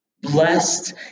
Blessed